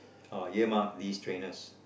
ah earmark these trainers